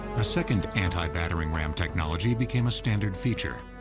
a second anti-battering ram technology became a standard feature.